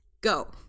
go